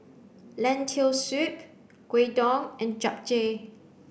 lentil soup Gyudon and Japchae